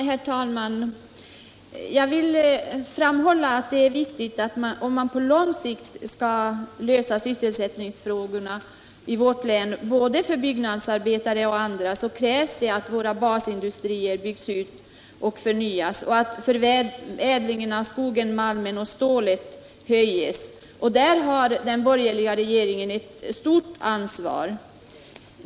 Herr talman! Jag vill framhålla att om man på lång sikt skall lösa sysselsättningsfrågorna i vårt län, både för byggnadsarbetarna och för andra kategorier, krävs det att våra basindustrier byggs ut och förnyas och att förädlingen av skogen, malmen och stålet utökas. Där har den borgerliga regeringen ett stort ansvar.